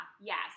Yes